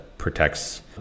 protects